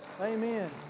Amen